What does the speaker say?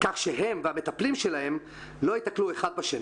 כך שהם והמטפלים שלהם לא יתקלו זה בזה,